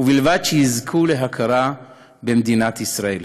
ובלבד שיזכו להכרה במדינת ישראל.